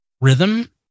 rhythm